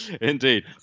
indeed